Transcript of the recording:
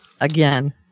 again